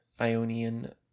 Ionian